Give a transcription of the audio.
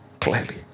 clearly